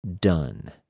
done